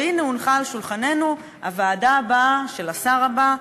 והנה הונחה על שולחננו הוועדה הבאה של השר הבא,